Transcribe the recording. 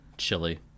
chili